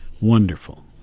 Wonderful